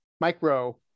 micro